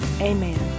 Amen